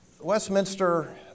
Westminster